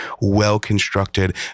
well-constructed